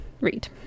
read